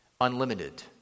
unlimited